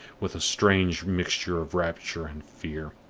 with a strange mixture of rapture and fear,